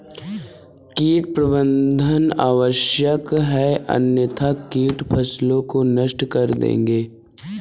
कीट प्रबंधन आवश्यक है अन्यथा कीट फसलों को नष्ट कर देंगे